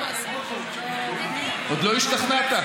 עוד לא השתכנעת?